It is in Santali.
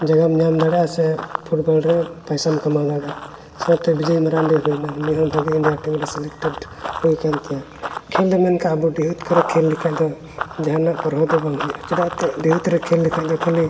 ᱡᱟᱭᱜᱟᱢ ᱧᱟᱢ ᱫᱟᱲᱮᱭᱟᱜᱼᱟ ᱥᱮ ᱯᱷᱩᱴᱵᱚᱞ ᱨᱮ ᱯᱚᱭᱥᱟᱢ ᱠᱟᱢᱟᱣ ᱫᱟᱲᱮᱭᱟᱜᱼᱟ ᱥᱟᱶᱛᱮ ᱵᱤᱡᱚᱭ ᱢᱟᱨᱟᱱᱰᱤ ᱦᱩᱭᱱᱟ ᱱᱩᱭ ᱦᱚᱸ ᱵᱷᱟᱹᱜᱤ ᱤᱱᱰᱤᱭᱟ ᱴᱤᱢ ᱨᱮ ᱥᱤᱞᱮᱠᱴᱮᱰ ᱦᱩᱭ ᱠᱟᱱ ᱛᱟᱭᱟ ᱠᱷᱮᱞ ᱫᱚ ᱢᱮᱱᱠᱷᱟᱡ ᱟᱵᱚ ᱰᱤᱦᱟᱹᱛ ᱠᱚᱨᱮᱜ ᱠᱷᱮᱞ ᱞᱮᱠᱷᱟᱡ ᱫᱚ ᱡᱟᱦᱟᱱᱟᱜ ᱯᱚᱨᱦᱚ ᱫᱚ ᱵᱟᱝ ᱦᱩᱭᱩᱜᱼᱟ ᱪᱮᱫᱟᱜᱛᱮ ᱰᱤᱦᱟᱹᱛ ᱨᱮ ᱠᱷᱮᱞ ᱞᱮᱠᱷᱟᱡ ᱫᱚ ᱠᱷᱟᱹᱞᱤ